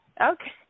Okay